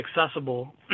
accessible